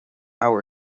ábhar